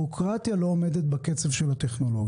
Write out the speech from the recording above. הוא שהבירוקרטיה לא עומדת בקצב של הטכנולוגיה.